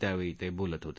त्यावेळी ते बोलत होते